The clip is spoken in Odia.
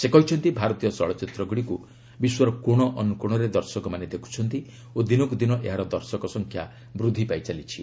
ସେ କହିଛନ୍ତି ଭାରତୀୟ ଚଳଚ୍ଚିତ୍ରଗୁଡ଼ିକୁ ବିଶ୍ୱର କୋଶ ଅନ୍ତ୍ରକୋଶରେ ଦର୍ଶକମାନେ ଦେଖୁଛନ୍ତି ଓ ଦିନକୁ ଦିନ ଏହାର ଦର୍ଶକ ସଂଖ୍ୟା ବୃଦ୍ଧି ପାଇଚାଲିଛି